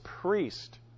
priest